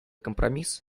компромисс